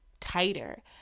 tighter